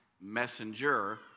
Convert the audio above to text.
messenger